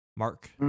mark